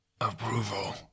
approval